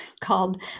called